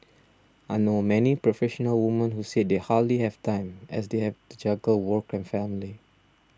I know many professional women who say they hardly have time as they have to juggle work and family